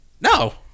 no